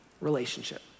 relationship